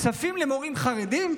כספים למורים חרדים?